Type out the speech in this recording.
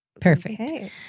perfect